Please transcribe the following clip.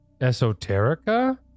esoterica